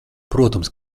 protams